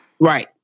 right